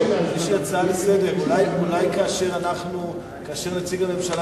יש לי הצעה לסדר: אולי כאשר נציג הממשלה